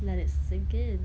let it sink in